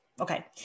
Okay